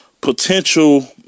potential